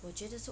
我觉得是